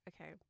okay